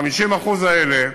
50% אלה,